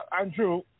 Andrew